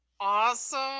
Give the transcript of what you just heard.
awesome